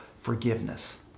forgiveness